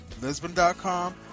Lisbon.com